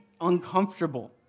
uncomfortable